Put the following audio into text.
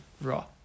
raw